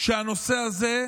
שהנושא הזה,